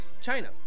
China